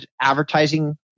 advertising